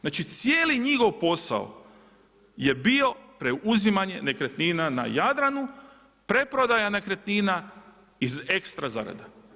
Znači cijeli njegov posao je bio preuzimanje nekretnina na Jadranu, preprodaja nekretnina iz ekstra zarada.